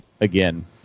again